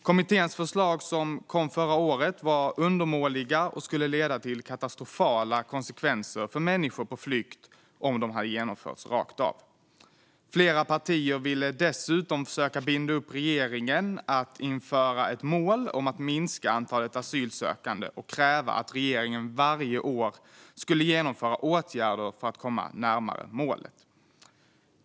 Kommitténs förslag, som kom förra året, var undermåliga och hade lett till katastrofala konsekvenser för människor på flykt om de hade genomförts rakt av. Flera partier ville dessutom försöka binda upp regeringen när det gällde att införa ett mål om att minska antalet asylsökande och kräva att regeringen varje år skulle genomföra åtgärder för att komma närmare målet.